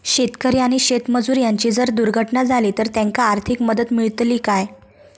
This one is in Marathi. शेतकरी आणि शेतमजूर यांची जर दुर्घटना झाली तर त्यांका आर्थिक मदत मिळतली काय?